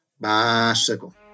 bicycle